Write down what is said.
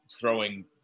throwing